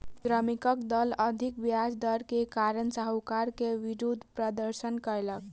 श्रमिकक दल अधिक ब्याज दर के कारण साहूकार के विरुद्ध प्रदर्शन कयलक